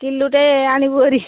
କିଲୋଟେ ଆଣିବୁ ଭାରି